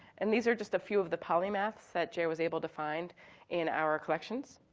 and these are just a few of the polymaths that jer was able to find in our collections.